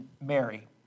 Mary